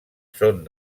són